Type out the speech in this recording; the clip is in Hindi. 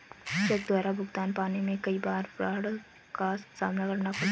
चेक द्वारा भुगतान पाने में कई बार फ्राड का सामना करना पड़ता है